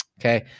Okay